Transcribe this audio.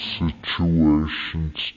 situations